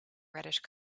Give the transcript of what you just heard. reddish